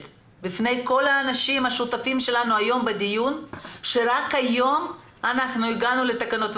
בפני כל האנשים השותפים שלנו בדיון שרק היום הגענו לתקנות,